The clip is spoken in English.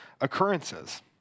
occurrences